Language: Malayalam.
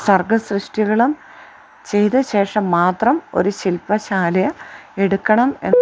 സർഗ സൃഷ്ടികളും ചെയ്ത ശേഷം മാത്രം ഒരു ശില്പശാല എടുക്കണം എന്ന